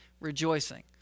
rejoicing